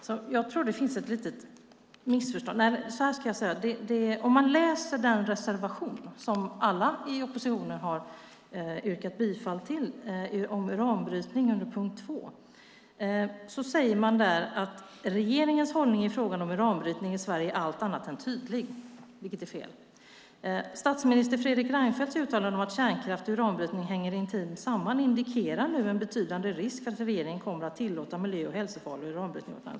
Herr talman! Jag tror att det finns ett litet missförstånd. I den reservation om uranbrytning, under punkt 2, som alla i oppositionen har yrkat bifall till kan man läsa följande: "Regeringens hållning i frågan om uranbrytning i Sverige är allt annat än tydlig." Detta är fel. Vidare sägs: "Statsminister Fredrik Reinfeldts uttalanden om att kärnkraft och uranbrytning hänger intimt samman indikerar nu en betydande risk för att regeringen kommer att tillåta miljö och hälsofarlig uranbrytning i vårt land."